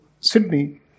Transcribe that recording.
Sydney